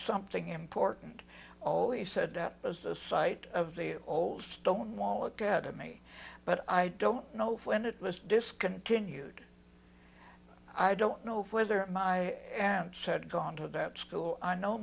something important always said that was the site of the old stone wall academy but i don't know when it was discontinued i don't know whether my aunt said gone to that school i know